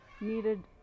needed